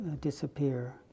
disappear